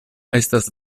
estas